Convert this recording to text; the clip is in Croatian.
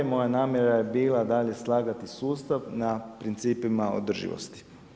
Moja namjera je bila dalje slagati sustav na principima održivosti.